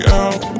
out